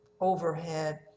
overhead